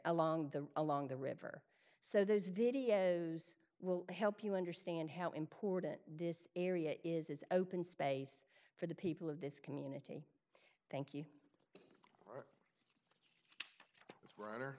along the along the river so those videos will help you understand how important this area is open space for the people of this community thank you that's